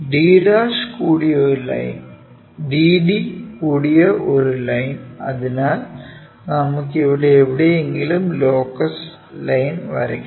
d d കൂടിയ ഒരു line അതിനാൽ നമുക്ക് ഇവിടെ എവിടെയെങ്കിലും ലോക്കസ് ലൈൻ വരയ്ക്കാം